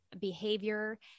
behavior